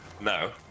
no